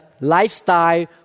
lifestyle